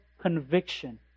conviction